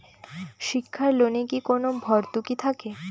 শিক্ষার লোনে কি কোনো ভরতুকি থাকে?